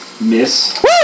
Miss